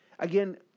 Again